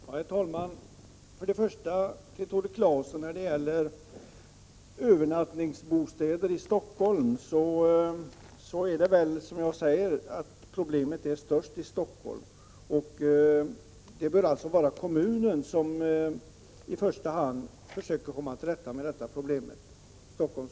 Herr talman! Till Tore Claeson vill jag säga att när det gäller övernattningsbostäder i Stockholm är det som jag säger, att problemet är störst i Stockholm, och det bör alltså vara Stockholms kommun i första hand som försöker komma till rätta med detta problem.